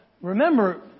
remember